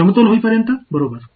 மாணவர் யூக்லிப்ரியம் வரை